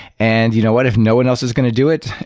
and you know what if no one else is going to do it?